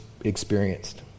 experienced